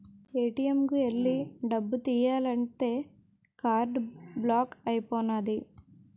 ATM కు ఎల్లి డబ్బు తియ్యాలంతే కార్డు బ్లాక్ అయిపోనాది